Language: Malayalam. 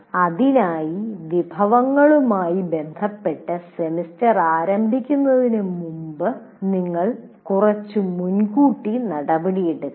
അതിനാൽ വിഭവങ്ങളുമായി ബന്ധപ്പെട്ട് സെമസ്റ്റർ ആരംഭിക്കുന്നതിന് മുമ്പ് നിങ്ങൾ കുറച്ച് മുൻകൂട്ടി നടപടിയെടുക്കണം